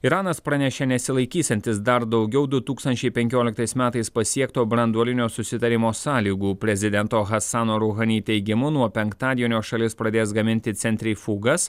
iranas pranešė nesilaikysiantis dar daugiau du tūkstančiai penkioliktais metais pasiekto branduolinio susitarimo sąlygų prezidento hasano ruhani teigimu nuo penktadienio šalis pradės gaminti centrifugas